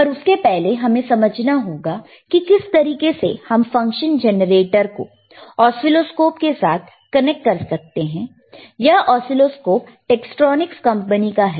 पर उसके पहले हमें समझना होगा कि किस तरीके से हम फंक्शन जेनरेटर को ऑसीलोस्कोप के साथ कनेक्ट कर सकते हैं यह ऑसीलोस्कोप टेक्स्ट्रॉनिक्स कंपनी का है